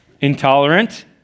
Intolerant